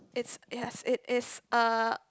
it's it has it is a